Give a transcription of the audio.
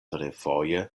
refoje